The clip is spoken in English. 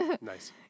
Nice